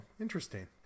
Interesting